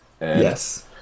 Yes